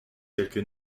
quelque